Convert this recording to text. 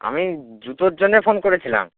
আমি জুতোর জন্যে ফোন করেছিলাম